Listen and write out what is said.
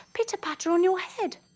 pitter patter on your head!